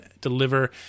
deliver